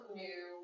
new